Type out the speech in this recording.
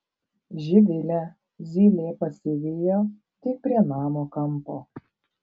živilę zylė pasivijo tik prie namo kampo